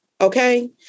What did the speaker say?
okay